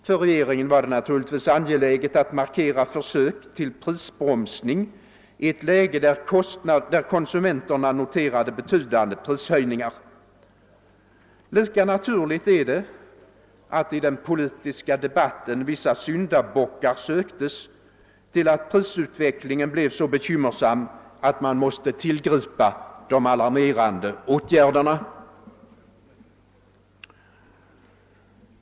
För regeringen var det naturligtvis angeläget att markera försök till prisbroms i ett läge där konsumenterna noterade betydande prisökningar: Lika naturligt är det att i den politiska debatten vissa syndabockar söktes till att prisutvecklingen blev så bekymmersam att man måste tillgripa alarmerande åtgärder.